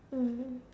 mm